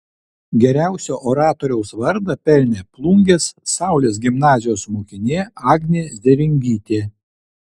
geriausio oratoriaus vardą pelnė plungės saulės gimnazijos mokinė agnė zėringytė